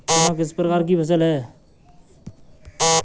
चना किस प्रकार की फसल है?